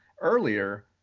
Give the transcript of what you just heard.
earlier